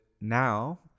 now